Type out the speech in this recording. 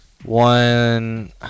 One